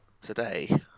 today